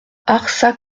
arsac